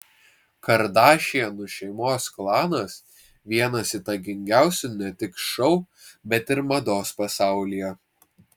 kardašianų šeimos klanas vienas įtakingiausių ne tik šou bet ir mados pasaulyje